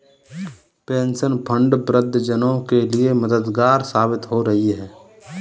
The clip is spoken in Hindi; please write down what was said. पेंशन फंड वृद्ध जनों के लिए मददगार साबित हो रही है